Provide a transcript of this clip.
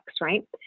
right